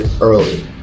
early